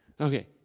Okay